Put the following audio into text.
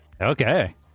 Okay